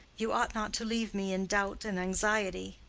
you ought not to leave me in doubt and anxiety.